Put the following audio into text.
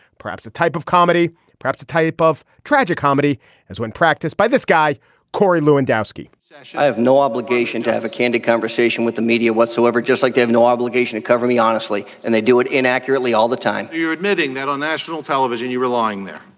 perhaps a type of comedy perhaps a type of tragic comedy as when practiced by this guy corey lewandowski i have no obligation to have a candid conversation with the media whatsoever just like they have no obligation to cover me honestly and they do it in accurately all the time. you're admitting that on national television you were lying there.